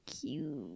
cute